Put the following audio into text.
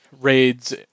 raids